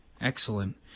Excellent